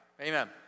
Amen